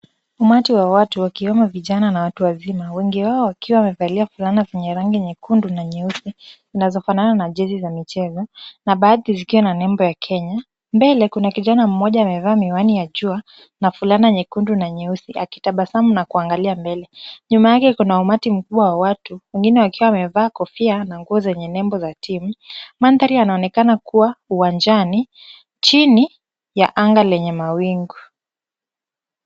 Umati wa watu wakiwemo vijana na watu wazima. Wengi wao wakiwa wamevalia fulana zenye rangi nyekundu na nyeusi, zinazofanana na jezi za michezo, na baadhi zikiwa na nembo ya Kenya. Mbele kuna kijana mmoja amevaa miwani ya jua na fulana nyekundu na nyeusi, akitabasamu na kuangalia mbele. Nyuma yake kuna umati mkubwa wa watu, wengine wakiwa wamevaa kofia na nguo zenye nembo za team . Mandhari inaonekana kuwa uwanjani chini ya anga lenye mawingu.